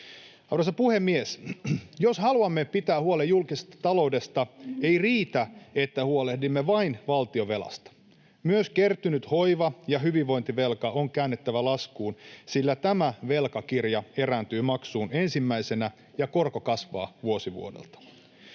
Arvoisa puhemies! Jos haluamme pitää huolen julkisesta taloudesta, ei riitä, että huolehdimme vain valtionvelasta. Myös kertynyt hoiva‑ ja hyvinvointivelka on käännettävä laskuun, sillä tämä velkakirja erääntyy maksuun ensimmäisenä ja korko kasvaa vuosi vuodelta.